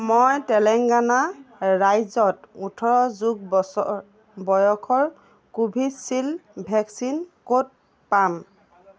মই তেলেংগানা ৰাজ্যত ওঠৰ যোগ বছৰ বয়সৰ কোভিচিল্ড ভেকচিন ক'ত পাম